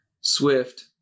Swift